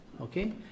okay